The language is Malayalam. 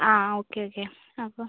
ആ ഓക്കെ ഓക്കെ അപ്പം